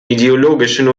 ideologischen